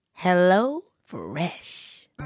HelloFresh